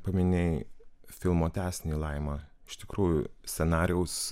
paminėjai filmo tęsinį laima iš tikrųjų scenarijaus